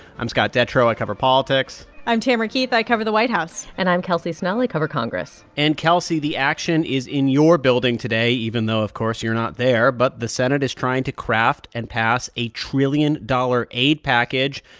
i'm scott detrow. i cover politics i'm tamara keith. keith. i cover the white house and i'm kelsey snell. i cover congress and kelsey, the action is in your building today, even though, of course, you're not there. but the senate is trying to craft and pass a trillion-dollar aid package.